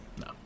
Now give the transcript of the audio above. No